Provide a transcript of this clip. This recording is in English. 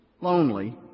lonely